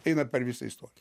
eina per visą istoriją